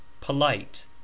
Polite